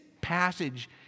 passage